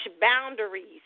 boundaries